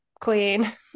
queen